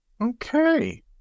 okay